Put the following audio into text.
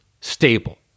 stable